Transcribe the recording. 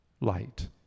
light